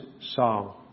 song